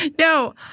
No